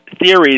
theories